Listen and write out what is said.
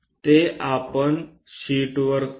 ते आपण शीटवर करू